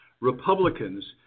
Republicans